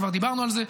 כבר דיברנו על זה,